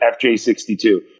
FJ62